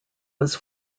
was